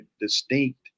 distinct